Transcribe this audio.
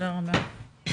בשעה 13:16.